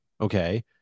Okay